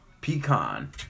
pecan